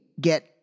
get